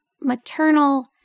maternal